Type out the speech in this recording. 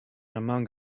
among